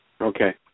Okay